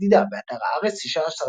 גם מדינה תומכת טרור יכולה להיות ידידה,